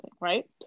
right